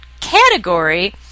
category